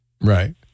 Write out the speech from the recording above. Right